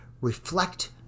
reflect